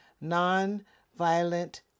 non-violent